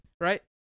Right